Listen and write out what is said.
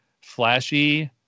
flashy